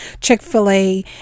Chick-fil-A